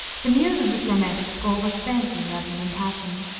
the muse of this romantic school was fancy rather than passion.